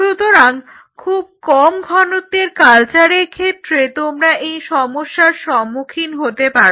সুতরাং খুব কম ঘনত্বের কালচারের ক্ষেত্রে তোমরা এই সমস্যার সম্মুখীন হতে পারো